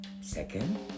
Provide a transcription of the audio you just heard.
Second